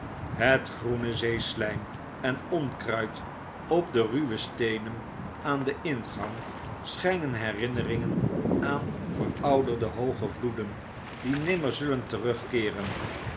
het groene zeesljjm en onkruid op de ruwe steenen aan den ingang schpen herinneringen aan verouderde hooge vloeden dienimmer zullen terugkeeren